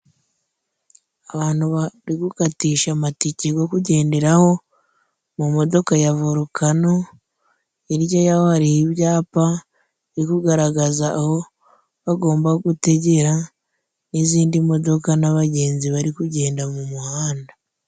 Abantu bari gukatisha amatike go kugenderaho mu modoka ya vorukano. Hirya yaho hariho ibyapa biri kugaragaza aho bagomba gutegera. N'izindi modoka n'abagenzi bari kugenda mu muhanda.